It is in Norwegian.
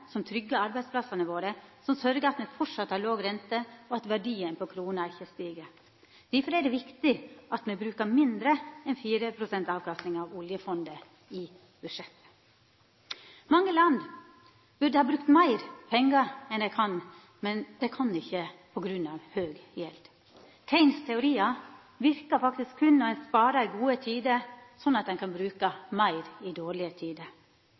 som tryggjar arbeidsplassane våre, som sørgjer for at me framleis har låg rente, og at verdien av krona ikkje stig. Difor er det viktig at me brukar mindre enn 4 pst. av avkastninga av oljefondet i budsjettet. Mange land burde ha brukt meir pengar, men dei kan ikkje på grunn av høg gjeld. Keynes sine teoriar verkar berre når ein sparar i gode tider, slik at ein kan bruka meir i dårlege tider.